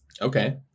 Okay